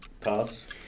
Pass